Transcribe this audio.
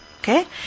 Okay